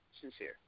Sincere